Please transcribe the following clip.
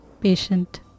patient